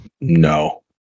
No